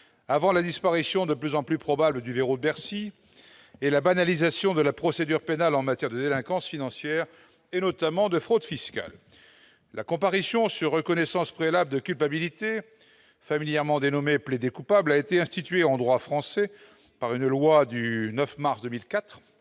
avant la disparition de plus en plus probable du verrou de Bercy et la banalisation de la procédure pénale en matière de délinquance financière, notamment de fraude fiscale. La comparution sur reconnaissance préalable de culpabilité, familièrement dénommée « plaider-coupable », a été instituée en droit français par la loi du 9 mars 2004